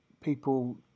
People